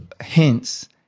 Hence